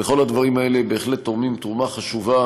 וכל הדברים האלה בהחלט תורמים תרומה חשובה